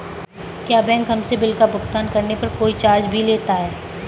क्या बैंक हमसे बिल का भुगतान करने पर कोई चार्ज भी लेता है?